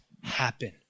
happen